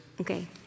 Okay